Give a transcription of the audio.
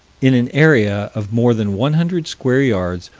in an area of more than one hundred square yards,